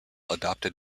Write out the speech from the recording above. adopted